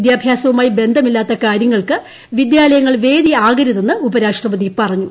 വിദ്യാഭ്യാസവുമായി ബന്ധമില്ലാത്ത കാരൃങ്ങൾക്ക് വിദ്യാലയങ്ങൾ വേദിയാകരുതെന്ന് ഉപരാഷ്ട്രപതി പറഞ്ഞു